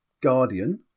guardian